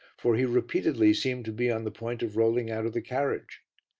for he repeatedly seemed to be on the point of rolling out of the carriage.